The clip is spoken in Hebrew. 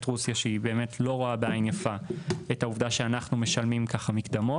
רוסיה שהיא לא רואה בעין יפה את העובדה שאנחנו משלמים מקדמות,